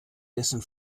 dessen